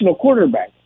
quarterback